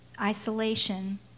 Isolation